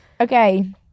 Okay